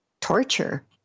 torture